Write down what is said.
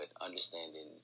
understanding